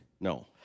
No